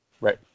Right